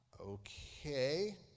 okay